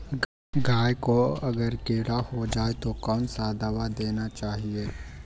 गाय को अगर कीड़ा हो जाय तो कौन सा दवा देना चाहिए?